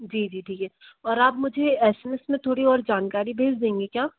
जी जी ठीक है और आप मुझे एस एम एस में थोड़ी और जानकारी भेज देंगी क्या